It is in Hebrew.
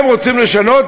הם רוצים לשנות,